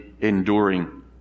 enduring